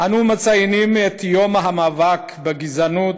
אנו מציינים את יום המאבק בגזענות,